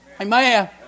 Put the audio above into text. Amen